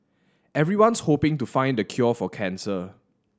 everyone's hoping to find the cure for cancer